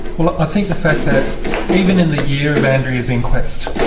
well i think the fact that even in the year of andrea's inquest,